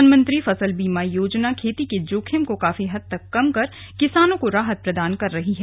प्रधानमंत्री फसल बीमा योजना खेती के जोखिम को काफी हद तक कम कर किसानों को राहत प्रदान कर रही है